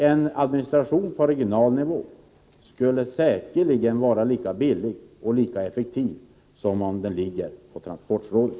En administration på lokal nivå skulle säkerligen vara lika billig och effektiv som om administrationen ligger på transportrådet.